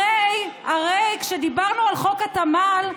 הרי כשדיברנו על חוק התמ"ל,